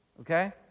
okay